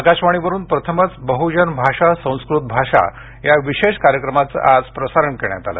आकाशवाणीवरून प्रथमच बह्जन भाषा संस्कृत भाषा या विशेष कार्यक्रमाचं आज प्रसारण करण्यात आलं